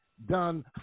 Done